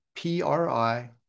PRI